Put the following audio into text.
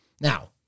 Now